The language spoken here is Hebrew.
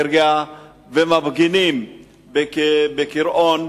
הקריה ומפגינים בקיראון